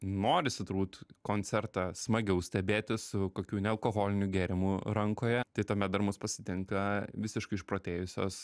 norisi turbūt koncertą smagiau stebėti su kokiu nealkoholiniu gėrimu rankoje tai tuomet dar mus pasitinka visiškai išprotėjusios